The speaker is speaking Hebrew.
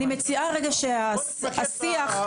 אני מציעה רגע לשנות את השיח.